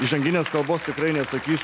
įžanginės kalbos tikrai nesakysiu